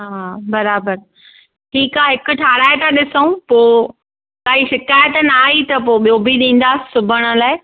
हा बराबरि ठीक आहे हिकु ठाराए था ॾिसऊं पोइ काई शिकायत न आई त पोइ ॿियो बि ॾींदासि सिबण लाइ